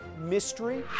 mystery